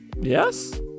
Yes